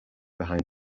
behind